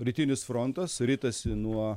rytinis frontas ritasi nuo